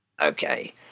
Okay